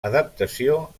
adaptació